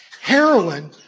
Heroin